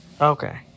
Okay